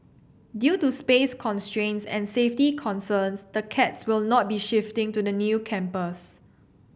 due to space constraints and safety concerns the cats will not be shifting to the new campus